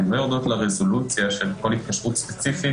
הן לא יורדות לרזולוציה של כל התקשרות הספציפית,